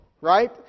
right